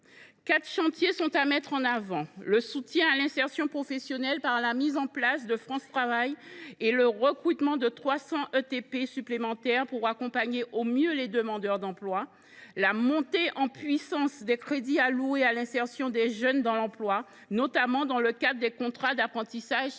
Quatre chantiers sont à mettre en avant. Premièrement, le soutien à l’insertion professionnelle, par la mise en place de France Travail et le recrutement de 300 ETP supplémentaires pour accompagner au mieux les demandeurs d’emploi. Deuxièmement, la montée en puissance des crédits alloués à l’insertion des jeunes dans l’emploi, notamment dans le cadre des contrats d’apprentissage et